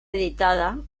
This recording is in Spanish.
editada